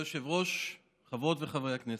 כבוד היושב-ראש, חברות וחברי הכנסת,